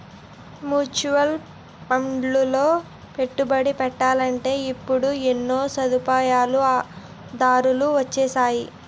mutual ఫండ్లలో పెట్టుబడి పెట్టాలంటే ఇప్పుడు ఎన్నో సదుపాయాలు దారులు వొచ్చేసాయి